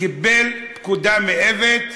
קיבל פקודה מאיווט,